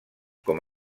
com